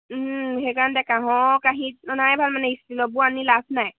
সেইকাৰণেতে কাঁহৰ কাঁহীত অনাই ভাল মানে ষ্টীলৰবোৰ আনি লাভ নাই